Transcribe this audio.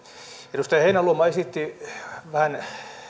edustaja heinäluoma esitti vähän